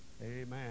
Amen